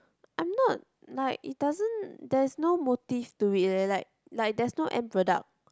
I'm not like it doesn't there is no motive to it leh like like there's no end product